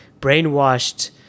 brainwashed